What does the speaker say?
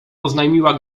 oznajmiła